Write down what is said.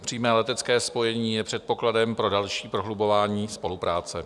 Přímé letecké spojení je předpokladem pro další prohlubování spolupráce.